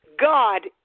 God